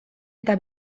eta